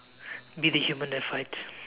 be the human that fights